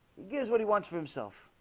give us what he wants for himself